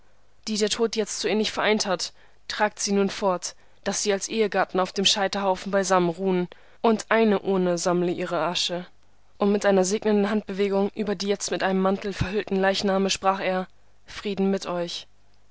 die der tod jetzt so innig vereint hat tragt sie nun fort daß sie als ehegatten auf dem scheiterhaufen beisammen ruhen und eine urne sammle ihre asche und mit einer segnenden handbewegung über die jetzt mit einem mantel verhüllten leichname sprach er frieden mit euch